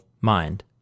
mind